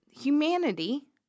Humanity